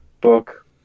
book